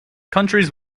countries